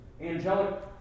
angelic